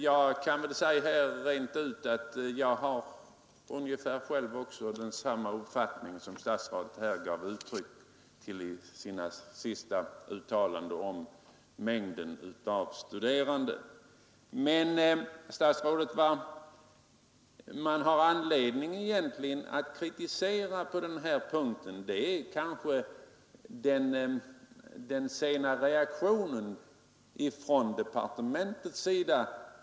Jag har själv ungefär samma uppfattning som den statsrådet gav uttryck för i fråga om mängden av studerande Vad man har anledning att kritisera på den punkten är den sena reaktionen från departementets sida.